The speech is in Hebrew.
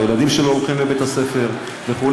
הילדים שלו הולכים לבית הספר וכו'.